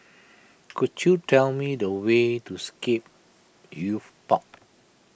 could you tell me the way to Scape Youth Park